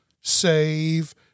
save